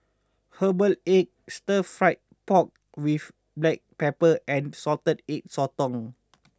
Herbal Egg Stir Fried Pork with Black Pepper and Salted Egg Sotong